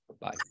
Bye